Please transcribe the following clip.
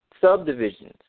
subdivisions